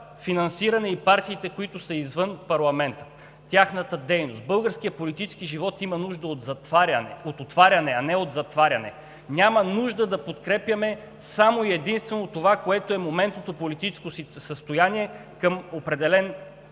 финансиране и партиите, които са извън парламента – тяхната дейност. Българският политически живот има нужда от отваряне, а не от затваряне. Няма нужда да подкрепяме само и единствено това, което е моментното политическо състояние към определен